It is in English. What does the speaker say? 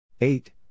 eight